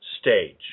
stage